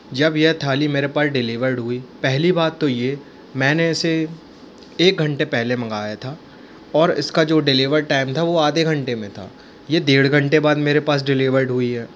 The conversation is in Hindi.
जब यह थाली मेरे पास डिलीवर्ड हुई पहली बात तो ये मैंने इसे एक घंटे पहले मंगाया था और इसका जो डिलीवर्ड टाइम था वो आधे घंटे में था ये डेढ़ घंटे बाद मेरे पास डिलीवर्ड हुई है